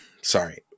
sorry